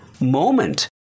moment